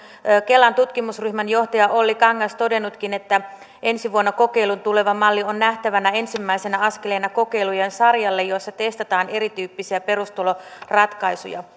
kelan tutkimusryhmän johtaja olli kangas todennutkin että ensi vuonna kokeiluun tuleva malli on nähtävä ensimmäisenä askeleena kokeilujen sarjalle jossa testataan erityyppisiä perustuloratkaisuja